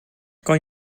kan